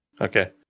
Okay